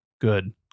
Good